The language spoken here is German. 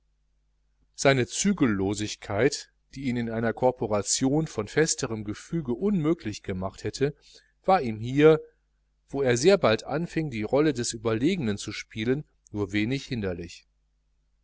seine zügellosigkeit die ihn in einer korporation von festerem gefüge unmöglich gemacht hätte war ihm hier wo er sehr bald anfing die rolle des überlegenen zu spielen nur wenig hinderlich